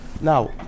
Now